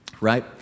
right